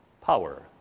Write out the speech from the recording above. power